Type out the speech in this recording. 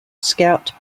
scout